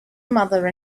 mother